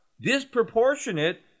disproportionate